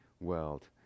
world